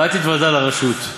ואל תתוודע לרשות.